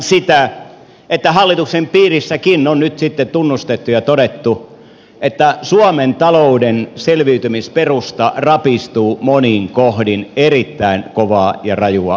sitä että hallituksen piirissäkin on nyt sitten tunnustettu ja todettu että suomen talouden selviytymisperusta rapistuu monin kohdin erittäin kovaa ja rajua vauhtia